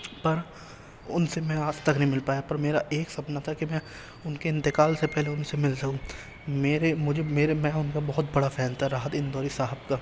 پر ان سے میں آج تک نہیں مل پایا پر میرا ایک سپنا تھا کہ میں ان کے انتقال سے پہلے ان سے مل سکوں میرے مجھے میرے میں ان کا بہت بڑا فین تھا راحت اندوری صاحب کا